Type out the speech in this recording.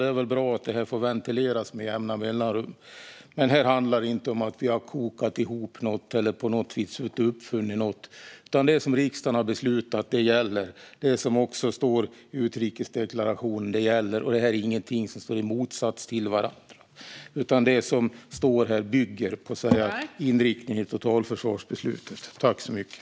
Det är väl bra att detta får ventileras med jämna mellanrum. Men det handlar inte om att vi skulle ha kokat ihop något eller på något vis uppfunnit något. Det som riksdagen har beslutat gäller, och det som står i utrikesdeklarationen gäller. Det är inte saker som står i motsats till varandra, utan det som står där bygger på inriktningen i totalförsvarsbeslutet.